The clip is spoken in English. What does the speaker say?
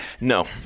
No